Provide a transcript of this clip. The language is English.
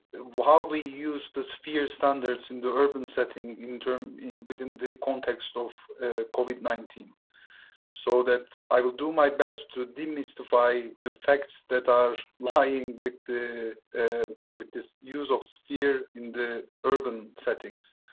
we use the sphere standards in the urban setting interm within the context of covid nineteen so that i will do my best to demystify the facts that are lying with the with this use of sphere in the urban settings.